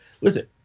listen